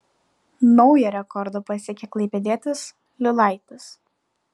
naują rekordą pasiekė klaipėdietis liulaitis